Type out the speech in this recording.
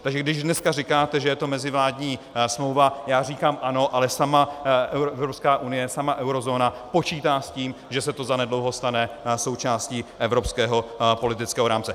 Takže když dneska říkáte, že je to mezivládní smlouva, já říkám ano, ale sama Evropská unie, sama eurozóna počítá s tím, že se to zanedlouho stane součástí evropského politického rámce.